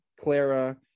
Clara